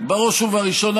בראש ובראשונה,